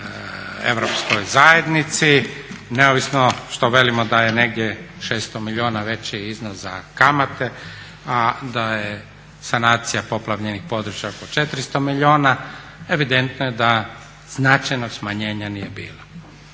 europskoj zajednici neovisno što velimo da je negdje 600 milijuna veći iznos za kamate, a da je sanacija poplavljenih područja oko 400 milijuna, evidentno je da značajnog smanjenja nije bilo.